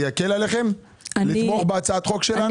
זה יקל עליכם לתמוך בהצעת החוק שלנו?